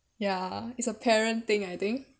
ya it's a parent thing I think